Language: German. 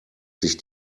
sich